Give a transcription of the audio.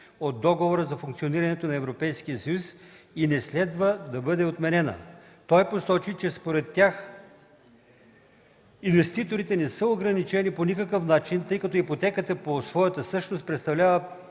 от Договора за функционирането на Европейския съюз и не следва да бъде отменена. Той посочи, че според тях инвеститорите не са ограничени по никакъв начин, тъй като ипотеката по своята същност представлява